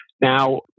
Now